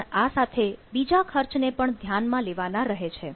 પણ આ સાથે બીજા ખર્ચ ને પણ ધ્યાનમાં લેવાના રહે છે